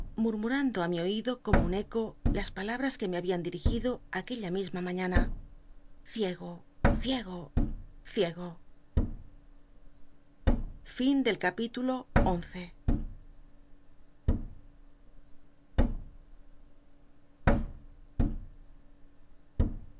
murmurando á mi oido como un eco las palabras que me habian di rigido aquella misma mañana ciego ciego ciego